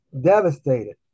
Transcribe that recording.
devastated